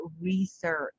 research